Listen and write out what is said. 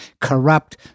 corrupt